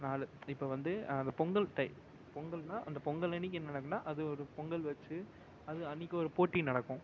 நாலு இப்போ வந்து அது பொங்கல் டைம் பொங்கல்னால் அந்தப் பொங்கல் அன்றைக்கி என்ன நடக்குன்னால் அது ஒரு பொங்கல் வச்சு அது அன்றைக்கி ஒரு போட்டி நடக்கும்